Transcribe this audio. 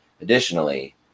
additionally